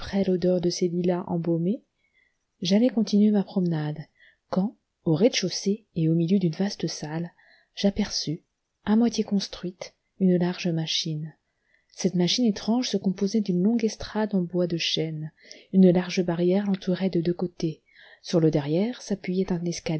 l'odeur de ces lilas embaumés j'allais continuer ma promenade quand au rez-de-chaussée et au milieu d'une vaste salle j'aperçus à moitié construite une large machine cette machine étrange se composait d'une longue estrade en bois de chêne une légère barrière l'entourait de deux côtés sur le derrière s'appuyait